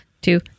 two